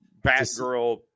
Batgirl